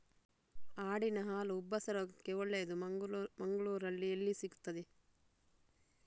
ಆಡಿನ ಹಾಲು ಉಬ್ಬಸ ರೋಗಕ್ಕೆ ಒಳ್ಳೆದು, ಮಂಗಳ್ಳೂರಲ್ಲಿ ಎಲ್ಲಿ ಸಿಕ್ತಾದೆ?